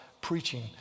preaching